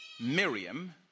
Miriam